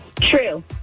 True